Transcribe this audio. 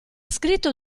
scritto